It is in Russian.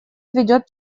ведет